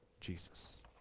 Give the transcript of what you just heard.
Jesus